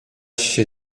się